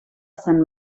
sant